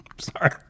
Sorry